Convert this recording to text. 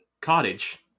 cottage